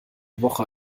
woche